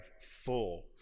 full